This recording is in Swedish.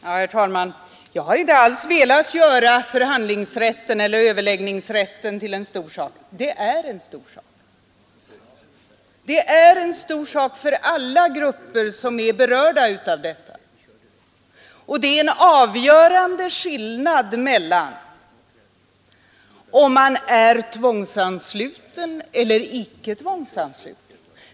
Herr talman! Jag har inte alls velat göra förhandlingsrätten eller överläggningsrätten till en stor sak — det är en stor sak. Det är en stor sak för alla grupper som berörs. Och det är en avgörande skillnad mellan om man är tvångsansluten eller icke tvångsansluten.